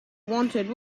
wanted